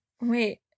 Wait